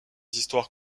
histoires